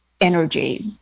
energy